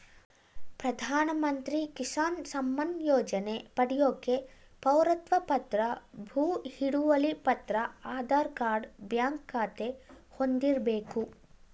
ಪ್ರಧಾನಮಂತ್ರಿ ಕಿಸಾನ್ ಸಮ್ಮಾನ್ ಯೋಜನೆ ಪಡ್ಯೋಕೆ ಪೌರತ್ವ ಪತ್ರ ಭೂ ಹಿಡುವಳಿ ಪತ್ರ ಆಧಾರ್ ಕಾರ್ಡ್ ಬ್ಯಾಂಕ್ ಖಾತೆ ಹೊಂದಿರ್ಬೇಕು